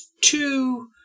two